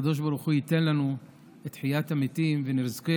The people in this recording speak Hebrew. הקדוש ברוך הוא ייתן לנו את תחיית המתים ונזכה